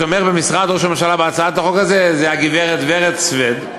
שבמשרד ראש הממשלה מי שתומכת בהצעת החוק זו הגברת ורד סוויד,